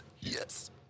Yes